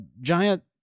giant